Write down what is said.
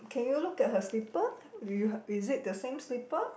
can you look at her slipper do you is it the same slipper